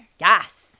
yes